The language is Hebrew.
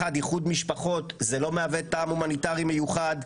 ראשית, איחוד משפחות לא מהווה טעם הומניטרי מיוחד.